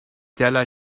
derlei